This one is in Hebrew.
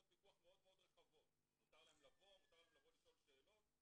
פיקוח מאוד רחבות כמו לבוא לביקור או לשאול שאלות.